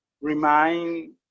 remind